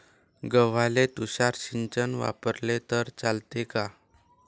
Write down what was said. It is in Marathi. गव्हाले तुषार सिंचन वापरले तर चालते का?